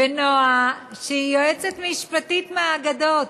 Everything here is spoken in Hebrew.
ונועה, שהיא יועצת משפטית מהאגדות.